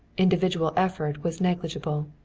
individual effort was negligible.